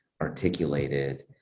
articulated